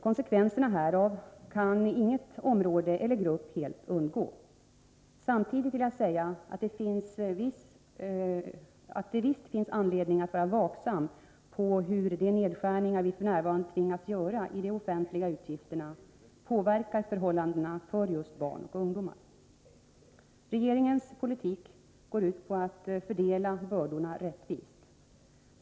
Konsekvenserna härav kan inte något område eller någon grupp helt undgå. Samtidigt vill jag säga att det visst finns anledning att vara vaksam på hur de nedskärningar vi f.n. tvingas göra i de offentliga utgifterna påverkar förhållandena för just barn och ungdomar. Regeringens politik går ut på att fördela bördorna rättvist.